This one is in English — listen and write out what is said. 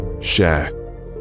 Share